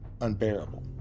unbearable